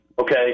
okay